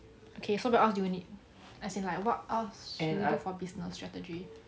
okay so what else do you need as in like what else should we do for business strategy